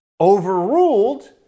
overruled